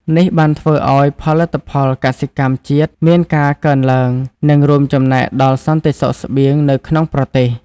នេះបានធ្វើឲ្យផលិតផលកសិកម្មជាតិមានការកើនឡើង និងរួមចំណែកដល់សន្តិសុខស្បៀងនៅក្នុងប្រទេស។